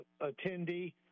attendee